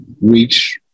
reach